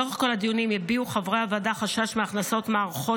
לאורך כל הדיונים הביעו חברי הוועדה חשש מהכנסת מערכות